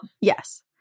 Yes